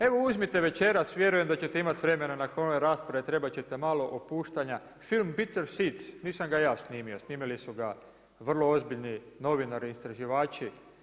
Evo uzmite večeras, vjerujem da ćete imati vremena nakon ove rasprave, trebati ćete malo opuštanja, film Bitter seeds nisam ga ja snimio, snimili su ga vrlo ozbiljni novinari, istraživači.